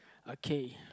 okay